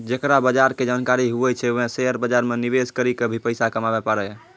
जेकरा बजार के जानकारी हुवै छै वें शेयर बाजार मे निवेश करी क भी पैसा कमाबै पारै